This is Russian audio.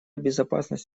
безопасность